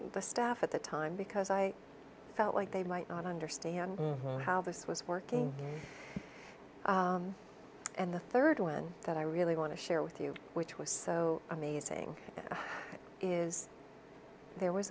the staff at the time because i felt like they might not understand how this was working and the third one that i really want to share with you which was so amazing is there was